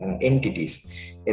entities